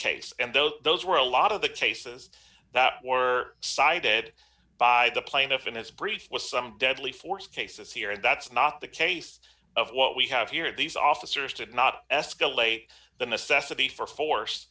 case and though those were a lot of the cases that were cited by the plaintiff in his brief with some deadly force cases here and that's not the case of what we have here these officers did not escalate the necessity for force